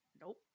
nope